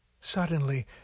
Suddenly